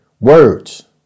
words